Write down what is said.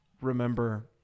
remember